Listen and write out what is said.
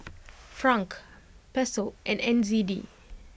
Franc Peso and N Z D